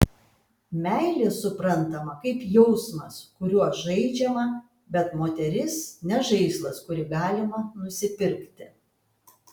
meilė suprantama kaip jausmas kuriuo žaidžiama bet moteris ne žaislas kurį galima nusipirkti